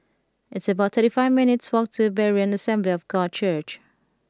it's about thirty five minutes' walk to Berean Assembly of God Church